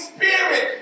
Spirit